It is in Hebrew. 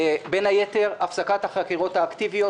בין היתר הפסקת החקירות האקטיביות,